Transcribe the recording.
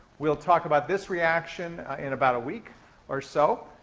we'll talk about this reaction in about a week or so.